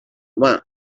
humà